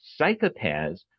psychopaths